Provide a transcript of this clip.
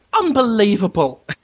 unbelievable